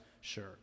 sure